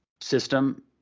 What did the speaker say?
system